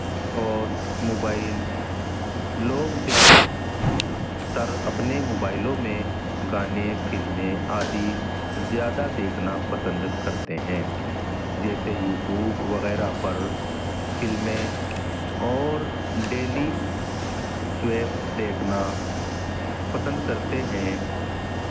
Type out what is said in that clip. اور موبائل لوگ زیادہ تر اپنے موبائلوں میں گانے فلمیں آدھی زیادہ دیکھنا پسند کرتے ہیں جیسے یوٹیوب وغیرہ پر فلمیں اور ڈیلی سویپ دیکھنا پسند کرتے ہیں